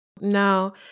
No